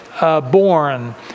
born